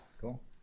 cool